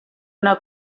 una